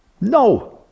no